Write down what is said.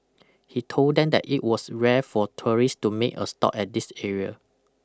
he told them that it was rare for tourist to make a stop at this area